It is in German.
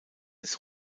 des